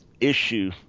issue